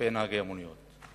כלפי נהגי מוניות.